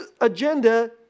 agenda